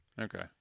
Okay